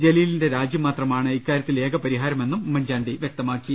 ജലീലിന്റെ രാജി മാത്രമാണ് ഇക്കാര്യത്തിൽ ഏക പരി ഹാരമെന്നും ഉമ്മൻചാണ്ടി വ്യക്തമാക്കി